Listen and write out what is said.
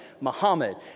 Muhammad